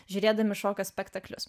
žiūrėdami šokio spektaklius